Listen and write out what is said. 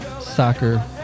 Soccer